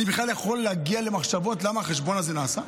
אני בכלל יכול להגיע למחשבות למה החשבון הזה נעשה?